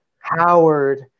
Howard